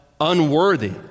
unworthy